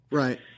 right